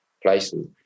Places